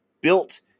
built